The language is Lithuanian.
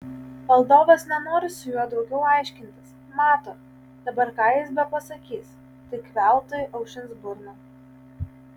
valdovas nenori su juo daugiau aiškintis mato dabar ką jis bepasakys tik veltui aušins burną